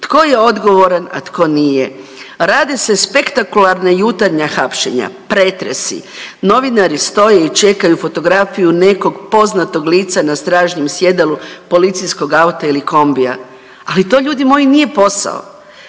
tko je odgovoran, a tko nije. Rade se spektakularna jutarnja hapšenja, pretresi, novinari stoje i čekaju fotografiju nekog poznatog lica na stražnjem sjedalu policijskog auta ili kombija, ali to ljudi moji nije posao.